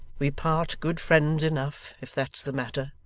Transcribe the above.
we part good friends enough, if that's the matter